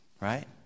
Right